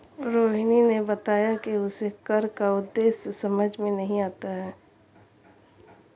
रोहिणी ने बताया कि उसे कर का उद्देश्य समझ में नहीं आता है